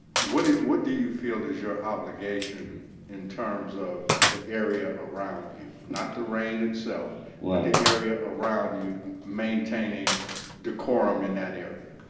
what it what do you feel is your obligation in terms of the area around you? not the reign itself, but like the area around you maintaining decorum in that area?